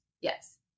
Yes